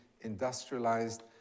industrialized